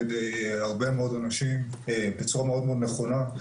ידי הרבה מאוד אנשים בצורה מאוד נכונה,